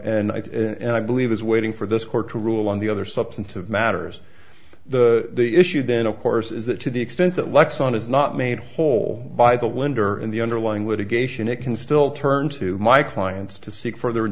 and i and i believe is waiting for this courtroom on the other substantive matters the issue then of course is that to the extent that locks on is not made whole by the winder in the underlying litigation it can still turn to my clients to seek further